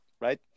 right